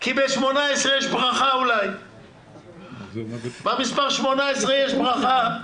כי במספר 18 אולי יש ברכה,